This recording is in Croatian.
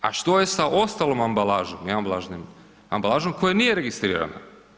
A što je sa ostalom ambalažom i ambalažnim, ambalažom koja nije registrirana?